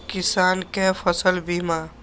किसान कै फसल बीमा?